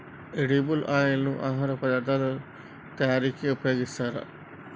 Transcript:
edible oil ను ఆహార పదార్ధాల తయారీకి ఉపయోగిస్తారు